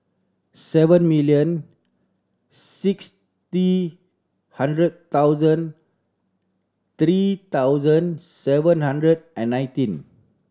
seven million sixty hundred thousand three thousand seven hundred and nineteen